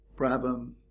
Brabham